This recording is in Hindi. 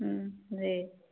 जी